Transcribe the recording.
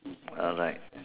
alright